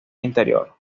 interior